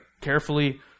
carefully